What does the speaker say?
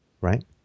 Right